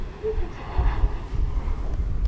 you fix a bed for them, said kat.